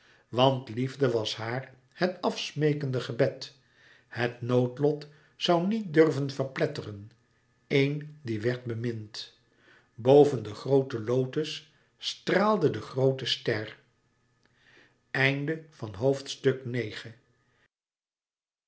want liefde was haar het afsmeekende gebed het noodlot zoû niet durven verpletteren een die werd bemind boven de groote lotos straalde de groote ster